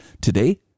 Today